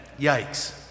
yikes